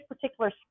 particular